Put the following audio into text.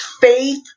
Faith